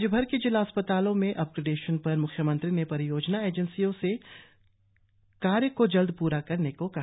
राज्यभर के जिला अस्पतालों के अपग्रेडेशन पर म्ख्यमंत्री ने परियोजना एजेंसियों से कार्य को जल्द पूरा करने को कहा